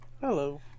Hello